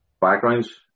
backgrounds